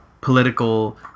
political